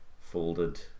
folded